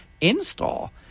install